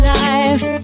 life